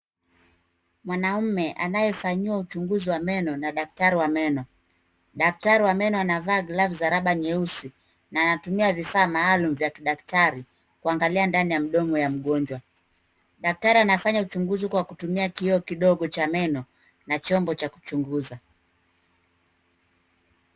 Mwanaume anayefanyiwa uchunguzi wa meno na daktari wa meno. Daktari wa meno anavaa glavu za raba nyeusi, na anatumia vifaa maalumu vya kidaktari kuangalia mdomo wa mgonjwa. Daktari anafanya uchunguzi kwa kutumia kioo kidogo cha meno, na chombo cha kuchunguza.